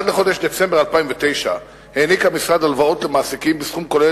עד לחודש דצמבר 2009 העניק המשרד הלוואות למעסיקים בסכום כולל